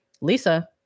lisa